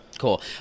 Cool